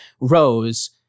Rose